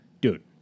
dude